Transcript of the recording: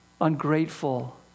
ungrateful